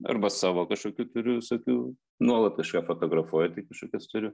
arba savo kažkokių turiu visokių nuolat kažką fotografuoju tai kažkokias turiu